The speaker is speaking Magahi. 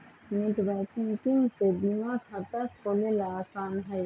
नेटबैंकिंग से बीमा खाता खोलेला आसान हई